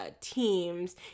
teams